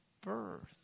birth